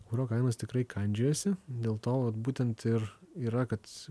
kuro kainos tikrai kandžiojosi dėl to vat būtent ir yra kad